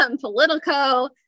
Politico